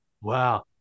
Wow